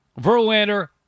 Verlander